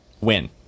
win